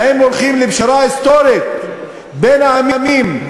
האם הולכים לפשרה היסטורית בין העמים,